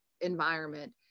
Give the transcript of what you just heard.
environment